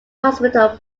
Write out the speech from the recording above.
hospital